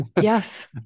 Yes